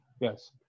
Yes